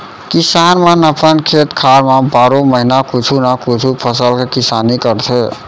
किसान मन अपन खेत खार म बारो महिना कुछु न कुछु फसल के किसानी करथे